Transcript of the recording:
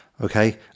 Okay